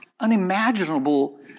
unimaginable